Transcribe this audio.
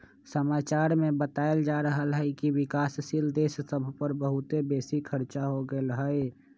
समाचार में बतायल जा रहल हइकि विकासशील देश सभ पर बहुते बेशी खरचा हो गेल हइ